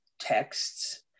texts